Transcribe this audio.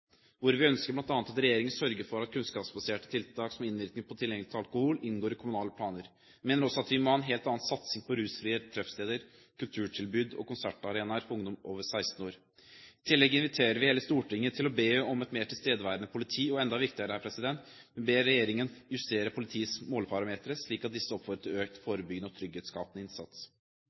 hvor vi ønsker bl.a. at regjeringen sørger for at kunnskapsbaserte tiltak som innvirker på tilgjengelighet til alkohol, inngår i kommunale planer, men også at vi må ha en helt annen satsing på rusfrie treffsteder, kulturtilbud og konsertarenaer for ungdom over 16 år. I tillegg inviterer vi hele Stortinget til å be om et mer tilstedeværende politi, og enda viktigere: Vi ber regjeringen justere politiets måleparametre, slik at disse oppfordrer til økt forebyggende og trygghetsskapende innsats.